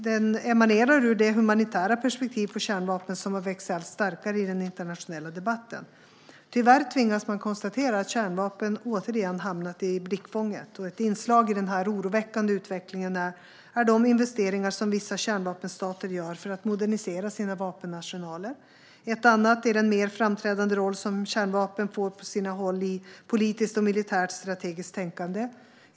Den emanerar ur det humanitära perspektiv på kärnvapen som har vuxit sig allt starkare i den internationella debatten. Tyvärr tvingas man konstatera att kärnvapen återigen har hamnat i blickfånget. Ett inslag i denna oroväckande utveckling är de investeringar som vissa kärnvapenstater gör för att modernisera sina vapenarsenaler. Ett annat är den mer framträdande roll som kärnvapen på sina håll får i politiskt och militärt strategiskt tänkande.